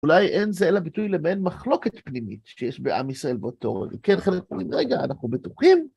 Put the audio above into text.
אולי אין זה אלא ביטוי לבין מחלוקת פנימית שיש בעם ישראל באותו... כן, חלקנו מזה רגע, אנחנו בטוחים.